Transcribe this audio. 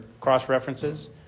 cross-references